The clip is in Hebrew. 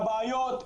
מה הבעיות,